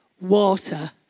Water